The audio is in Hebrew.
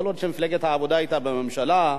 כל עוד מפלגת העבודה היתה בממשלה,